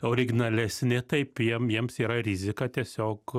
originalesni taip jiem jiems yra rizika tiesiog